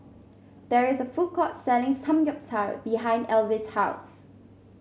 there is a food court selling Samgeyopsal behind Elvis' house